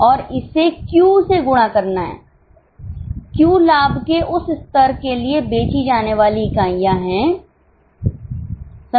Q लाभ के उस स्तर के लिए बेची जाने वाली इकाइयाँ हैं समझ रहे हैं